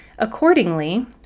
accordingly